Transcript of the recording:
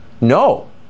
no